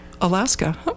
Alaska